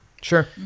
sure